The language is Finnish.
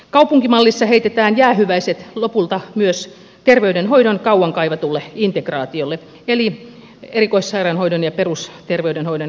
kaupunkimallissa heitetään jäähyväiset lopulta myös terveydenhoidon kauan kaivatulle integraatiolle eli erikoissairaanhoidon ja perusterveydenhoidon yhteistyölle